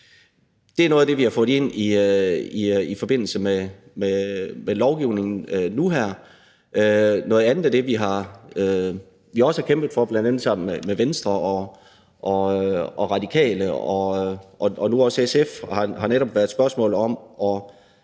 Det er noget af det, vi har fået ind i forbindelse med lovgivningen nu her. Noget andet, som vi også har kæmpet for, bl.a. sammen med Venstre, Radikale og nu også SF, har netop været et spørgsmål om